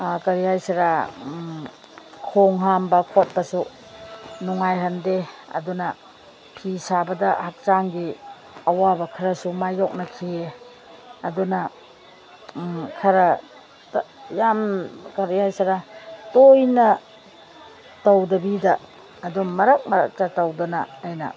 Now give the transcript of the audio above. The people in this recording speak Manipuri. ꯀꯔꯤ ꯍꯥꯏꯁꯤꯔꯥ ꯈꯣꯡ ꯍꯥꯝꯕ ꯈꯣꯠꯄꯁꯨ ꯅꯨꯡꯉꯥꯏꯍꯟꯗꯦ ꯑꯗꯨꯅ ꯐꯤ ꯁꯥꯕꯗ ꯍꯛꯆꯥꯡꯒꯤ ꯑꯋꯥꯕ ꯈꯔꯁꯨ ꯃꯥꯏꯌꯣꯛꯅꯈꯤꯌꯦ ꯑꯗꯨꯅ ꯈꯔ ꯌꯥꯝ ꯀꯔꯤ ꯍꯥꯏꯁꯤꯔꯥ ꯇꯣꯏꯅ ꯇꯧꯗꯕꯤꯗ ꯑꯗꯨꯝ ꯃꯔꯛ ꯃꯔꯛꯇ ꯇꯧꯗꯨꯅ ꯑꯩꯅ